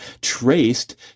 traced